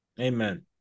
amen